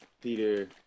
Peter